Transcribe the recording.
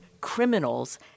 criminals